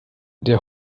der